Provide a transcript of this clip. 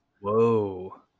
whoa